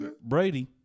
Brady